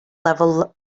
level